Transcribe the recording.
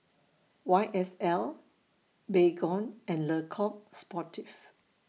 Y S L Baygon and Le Coq Sportif